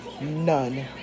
None